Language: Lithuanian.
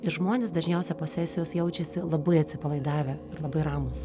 ir žmonės dažniausia po sesijos jaučiasi labai atsipalaidavę labai ramūs